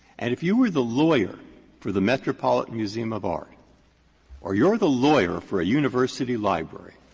and if you were the lawyer for the metropolitan museum of art, or you are the lawyer for a university library,